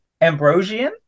Ambrosian